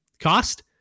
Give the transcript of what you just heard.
cost